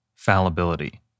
Fallibility